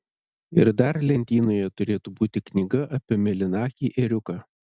ir dar lentynoje turėtų būti knyga apie mėlynakį ėriuką